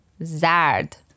Zard